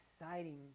exciting